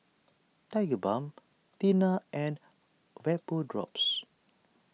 Tigerbalm Tena and Vapodrops